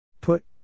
Put